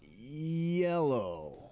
Yellow